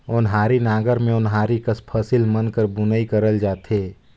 ओन्हारी नांगर मे ओन्हारी कस फसिल मन कर बुनई करल जाथे